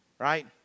Right